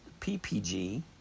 PPG